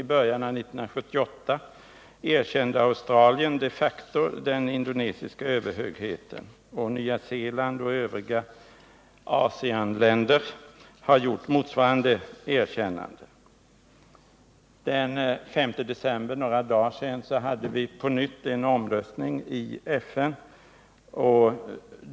I början av 1978 erkände Australien de facto den indonesiska överhögheten, och Nya Zeeland och övriga ASEAN-länder har 36 gjort motsvarande erkännande. Den 5 december, alltså för några dagar sedan, hade vi på nytt en omröstning Nr 49 i FN.